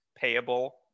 payable